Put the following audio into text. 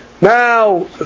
Now